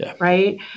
right